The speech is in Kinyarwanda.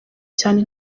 cyane